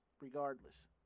regardless